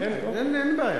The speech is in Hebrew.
אין בעיה.